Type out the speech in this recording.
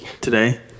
Today